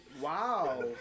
Wow